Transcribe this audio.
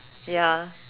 ya